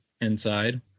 inside